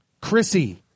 Chrissy